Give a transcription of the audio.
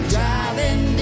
Driving